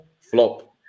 flop